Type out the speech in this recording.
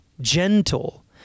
gentle